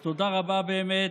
אז תודה רבה באמת,